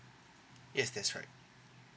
yes that's right